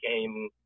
came